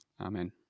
Amen